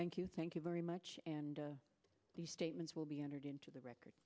thank you thank you very much and these statements will be entered into the record